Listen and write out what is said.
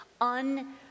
un-